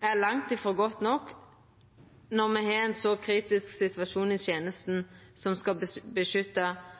er langt frå godt nok når me har ein så kritisk situasjon i tenesta som skal beskytta